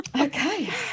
okay